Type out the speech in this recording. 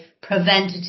preventative